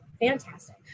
Fantastic